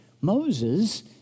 Moses